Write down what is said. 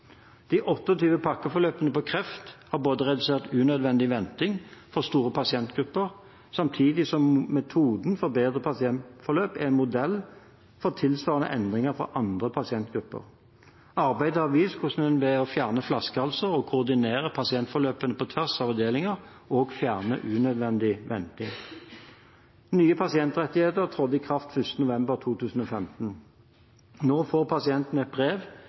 De 28 pakkeforløpene på kreft har redusert unødvendig venting for store pasientgrupper, samtidig som metoden for bedre pasientforløp er en modell for tilsvarende endringer for andre pasientgrupper. Arbeidet har vist hvordan en ved å fjerne flaskehalser og koordinere pasientforløpet på tvers av avdelinger også fjerner unødvendig venting. Nye pasientrettigheter trådte i kraft 1. november 2015. Nå får pasienten et brev